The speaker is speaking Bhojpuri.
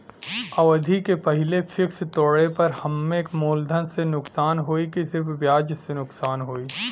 अवधि के पहिले फिक्स तोड़ले पर हम्मे मुलधन से नुकसान होयी की सिर्फ ब्याज से नुकसान होयी?